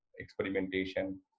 experimentation